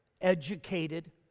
educated